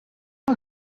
you